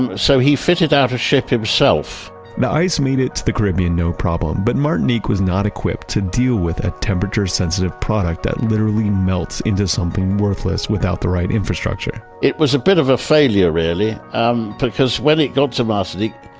and so he fitted out a ship himself the ice made it to the caribbean, no problem, but martinique was not equipped to deal with a temperature-sensitive product that literally melts into something worthless without the right infrastructure it was a bit of a failure really um because when it got to martinique,